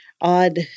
odd